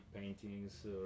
paintings